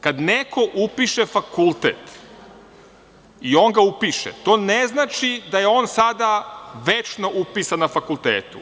Kada neko upiše fakultet i on ga upiše, to ne znači da je on sada večno upisan na fakultetu.